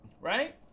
right